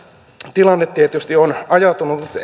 tilanne tietysti on ajautunut